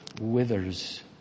withers